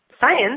science